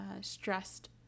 stressed